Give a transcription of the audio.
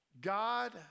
God